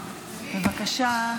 בבקשה.